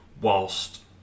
whilst